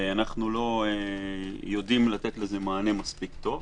ואנחנו לא יודעים לתת לזה מענה מספיק טוב.